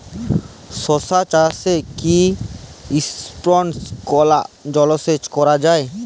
শশা চাষে কি স্প্রিঙ্কলার জলসেচ করা যায়?